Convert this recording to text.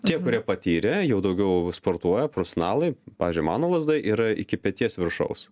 tie kurie patyrę jau daugiau sportuoja profesionalai pavyzdžiui mano lazda yra iki peties viršaus